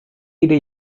ieder